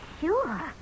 sure